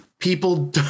People